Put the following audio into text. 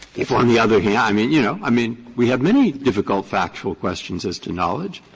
if, on the other hand i mean, you know, i mean, we have many difficult factual questions as to knowledge.